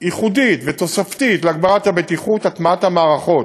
ייחודית ותוספתית להגברת הבטיחות, הטמעת המערכות.